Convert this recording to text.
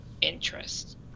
interest